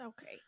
Okay